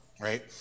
right